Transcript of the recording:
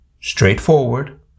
Straightforward